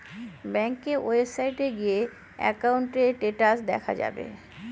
ব্যাঙ্কের ওয়েবসাইটে গিয়ে একাউন্টের স্টেটাস দেখা যাবে